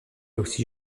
aussi